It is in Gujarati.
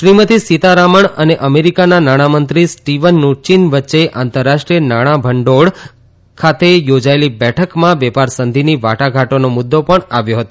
શ્રીમતી સીતારમણ અને અમેરિકાના નાણામંત્રી સ્ટીવન નુચીન વચ્ચે આંતરરાષ્ટ્રીય નાણાં ભંડોળ ખાતે યોજાયેલી બેઠકમાં વેપાર સંધિની વાટાઘાટોનો મુદ્દો પણ આવ્યો હતો